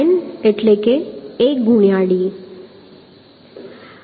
n એટલે 1 ગુણ્યાં d